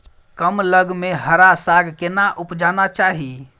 कम लग में हरा साग केना उपजाना चाही?